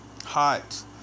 hot